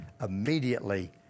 immediately